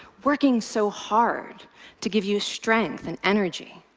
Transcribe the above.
working so hard to give you strength and energy.